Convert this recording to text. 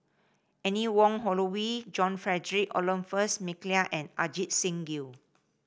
Anne Wong Holloway John Frederick Adolphus McNair and Ajit Singh Gill